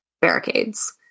barricades